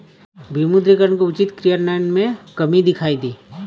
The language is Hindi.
विमुद्रीकरण के उचित क्रियान्वयन में कमी दिखाई दी